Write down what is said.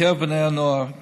בקרב בני הנוער,